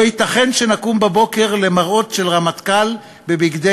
לא ייתכן שנקום בבוקר למראות של רמטכ"ל בבגדי